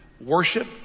Worship